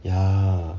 ya